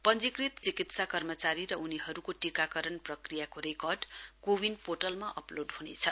पञ्जीकृत चिकित्सा कर्मचारी र उनीहरूको टीकाकरण प्रक्रियाको रेकर्ड कोविन पोर्टलमा अपलोड हनेछ